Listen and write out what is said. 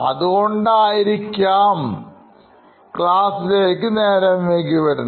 അതുകൊണ്ടായിരിക്കാംക്ലാസിലേക്ക് നേരം വൈകി വരുന്നത്